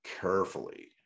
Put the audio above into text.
carefully